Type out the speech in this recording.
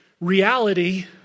reality